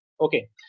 Okay